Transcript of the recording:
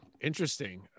Interesting